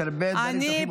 יש הרבה דברים שצריכים אותם.